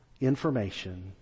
information